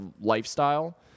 lifestyle